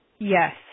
Yes